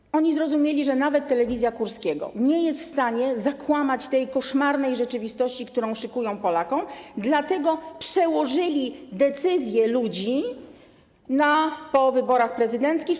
I oni zrozumieli, że nawet telewizja Kurskiego nie jest w stanie zakłamać tej koszmarnej rzeczywistości, którą szykują Polakom, dlatego przełożyli decyzję ludzi na okres po wyborach prezydenckich.